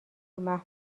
محو